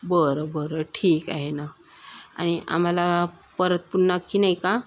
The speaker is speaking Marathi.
बरं बरं ठीक आहे ना आणि आम्हाला परत पुन्हा की नाही का